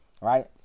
Right